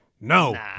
No